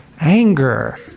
anger